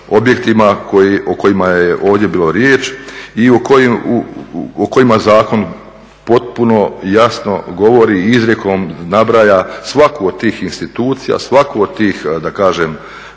objektima o kojima je ovdje bilo riječ i o kojima zakon potpuno jasno govori i izrijekom nabraja svaku od tih institucija, svaku od tih oblika